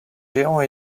géant